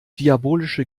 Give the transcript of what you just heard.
diabolische